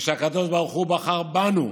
ושהקדוש ברוך הוא בחר בנו,